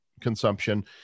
consumption